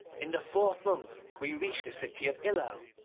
in the fourth month we reached the city of illel.